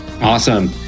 awesome